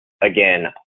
Again